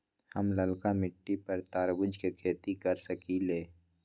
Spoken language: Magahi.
हम लालका मिट्टी पर तरबूज के खेती कर सकीले?